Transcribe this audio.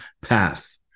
path